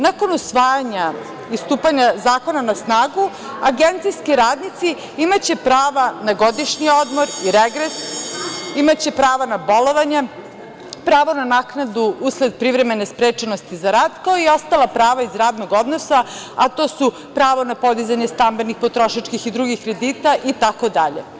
Nakon usvajanja i stupanja zakona na snagu, agencijski radnici imaće prava na godišnji odmor i regres, imaće prava na bolovanje, pravo na naknadu usled privremene sprečenosti za rad, kao i ostala prava iz radnog odnosa, a to su pravo na podizanje stambenih, potrošačkih i drugih kredita itd.